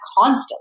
constantly